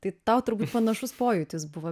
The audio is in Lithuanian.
tai tau turbūt panašus pojūtis buvo